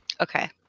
Okay